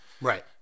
Right